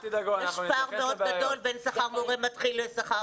יש פער מאוד גדול בין שכר מורה מתחיל לשכר מורה